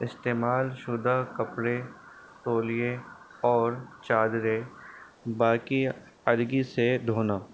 استعمال شدہ کپڑے تولیے اور چادریں باقی الگ سے دھونا